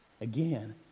again